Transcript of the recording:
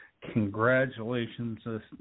congratulations